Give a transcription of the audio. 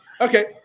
okay